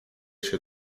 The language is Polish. się